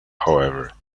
however